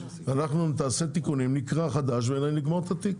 נעשה תיקונים, נקרא מחדש ונגמור את התיק.